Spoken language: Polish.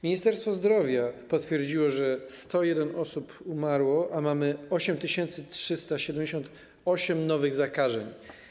Ministerstwo Zdrowia potwierdziło, że 101 osób umarło i mamy 8378 nowych zakażeń.